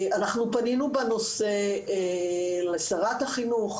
פנינו בנושא לשרת החינוך,